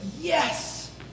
yes